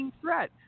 Threat